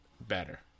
better